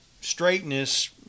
straightness